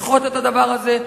לדחות את הדבר הזה,